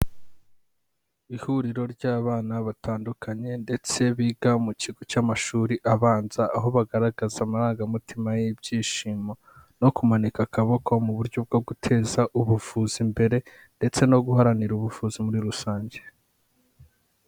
Ihuriro ry'abana batandukanye ndetse biga mu kigo cy'amashuri abanza aho bagaragaza amarangamutima y'ibyishimo no kumanika akaboko mu buryo bwo guteza ubuvuzi imbere ndetse no guharanira ubuvuzi muri rusange.